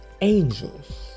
angels